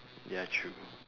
ya true